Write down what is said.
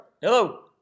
Hello